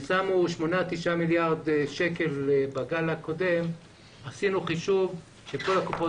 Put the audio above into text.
שמו שמונה-תשעה מיליארד שקלים בגל הקודם ועשינו חישוב שכל הקופות